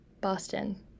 Boston